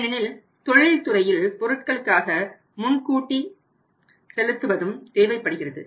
ஏனெனில் தொழில்துறையில் பொருட்களுக்காக முன்கூட்டி செலுத்துவதும் தேவைப்படுகிறது